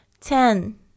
ten